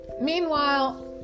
Meanwhile